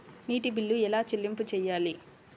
నీటి బిల్లు ఎలా చెల్లింపు చేయాలి?